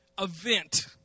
event